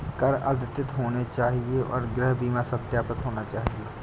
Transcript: कर अद्यतित होने चाहिए और गृह बीमा सत्यापित होना चाहिए